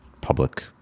public